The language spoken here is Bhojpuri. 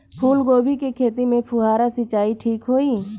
फूल गोभी के खेती में फुहारा सिंचाई ठीक होई?